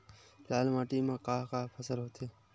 लाल माटी म का का फसल होथे?